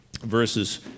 verses